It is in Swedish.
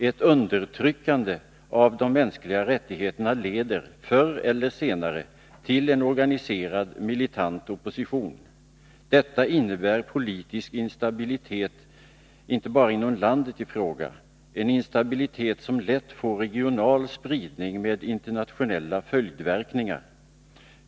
Ett undertryckande av de mänskliga rättigheterna leder, förr eller senare, till en organiserad, militant opposition. Detta innebär politisk instabilitet, inte bara inom landet i fråga, utan en instabilitet som lätt får regional spridning med internationella följdverkningar.